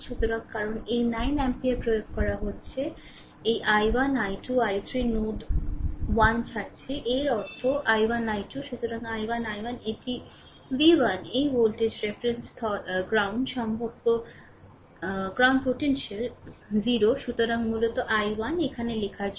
সুতরাং কারণ এই 9 অ্যাম্পিয়ার প্রয়োগ করা হচ্ছে এই i1 i2 i3 নোড 1 ছাড়ছে এর অর্থ i1 i2 সুতরাং i1 i1 এটি v 1 এই ভোল্টেজ রেফারেন্স গ্রাউন্ড পোটেনশিয়াল 0 সুতরাং মূলত i1 এখানে লেখার জন্য